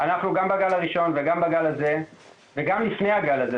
אנחנו גם בגל הראשון וגם בגל הזה וגם לפני הגל הזה,